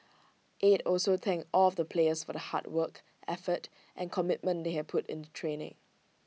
aide also thanked all of the players for the hard work effort and commitment they had put into training